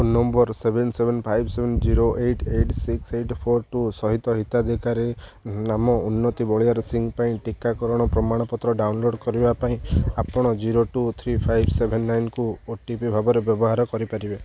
phone number seven seven five seven zero eight eight six eight four two ସହିତ ହିତାଧିକାରୀ ନାମ ଉନ୍ନତି ବଳିଆରସିଂହ ପାଇଁ ଟିକାକରଣର ପ୍ରମାଣପତ୍ର ଡାଉନଲୋଡ଼୍ କରିବା ପାଇଁ ଆପଣ zero two three five seven ନାଇନକୁ ଓ ଟି ପି ଭାବରେ ବ୍ୟବହାର କରିପାରିବେ